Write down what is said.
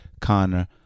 Connor